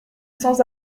sans